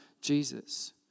Jesus